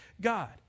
God